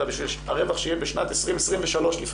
אלא בשביל הרווח שיהיה בשנת 2023 לפעמים.